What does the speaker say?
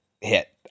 hit